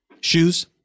Shoes